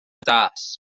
dasg